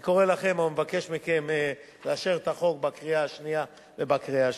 אני קורא לכם ומבקש מכם לאשר את החוק בקריאה שנייה ובקריאה שלישית.